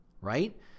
right